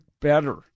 better